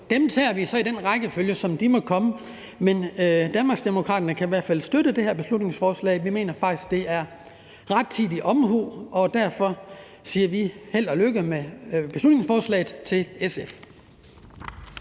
dem tager vi så i den rækkefølge, som de måtte komme i. Danmarksdemokraterne kan i hvert fald støtte det her beslutningsforslag. Vi mener faktisk, det er rettidig omhu. Og derfor siger vi held og lykke med beslutningsforslaget til SF.